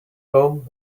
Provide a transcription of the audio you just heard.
home